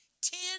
ten